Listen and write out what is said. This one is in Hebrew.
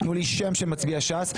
תנו לי שם של מצביע ש"ס,